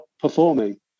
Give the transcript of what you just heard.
performing